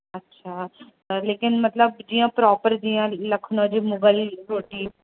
अच्छा त लेकिन मतिलबु जीअं प्रॉपर जीअं लखनऊ जी मुघल रोटी